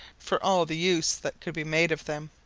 for all the use that could be made of them.